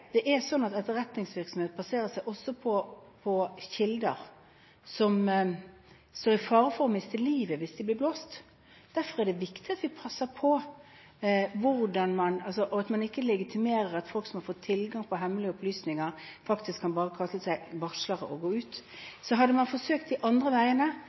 det i det store samfunnet. Etterretningsvirksomhet baserer seg også på kilder som står i fare for å miste livet hvis de blir «blåst». Derfor er det viktig at vi passer på at man ikke legitimerer at folk som har fått tilgang til hemmelige opplysninger, bare kan kalle seg varslere og gå ut. Hadde man forsøkt de andre veiene,